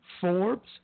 Forbes